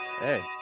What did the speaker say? Hey